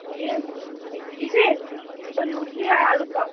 দিয়ে এই কি টিফিন লুচি আর আলুর দম